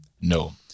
No